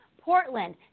Portland